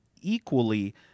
equally